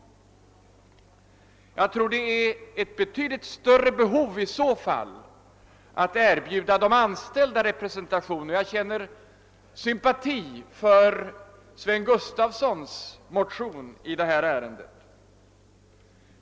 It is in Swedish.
Jag tror att det i så fall fyller ett betydligt större behov att ge de anställda representation, och jag känner sympati för Sven Gustafsons motion därom.